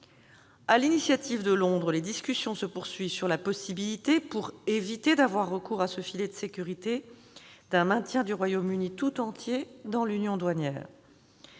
l'initiative de Londres, les discussions se poursuivent sur la possibilité, pour éviter d'avoir recours à ce filet de sécurité, d'un maintien du Royaume-Uni tout entier dans l'union douanière.